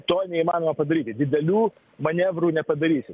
to neįmanoma padaryti didelių manevrų nepadarysi